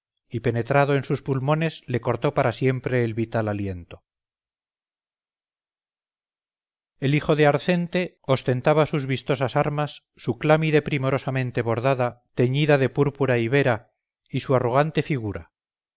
y penetrado en sus pulmones le cortó para siempre el vital aliento el hijo de arcente ostentaba sus vistosas armas su clámide primorosamente bordada teñida de púrpura ibera y su arrogante figura